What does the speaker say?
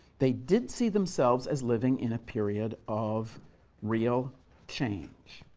they did see themselves as living in a period of real change,